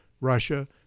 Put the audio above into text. Russia